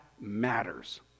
matters